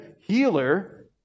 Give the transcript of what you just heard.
healer